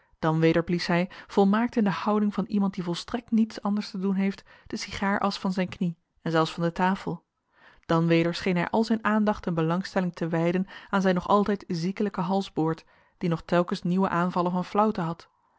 dan weder blies hij volmaakt in de houding van iemand die volstrekt niets anders te doen heeft de sigaarasch van zijn knie en zelfs van de tafel dan weder scheen hij al zijn aandacht en belangstelling te wijden aan zijn nog altijd ziekelijken halsboord die nog telkens nieuwe aanvallen van flauwte had